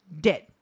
dead